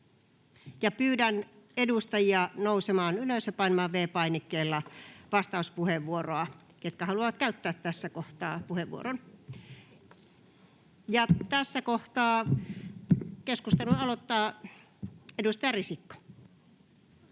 niitä edustajia nousemaan ylös ja painamaan V-painikkeella vastauspuheenvuoroa, ketkä haluavat käyttää tässä kohtaa puheenvuoron. Tässä kohtaa keskustelun aloittaa edustaja Risikko.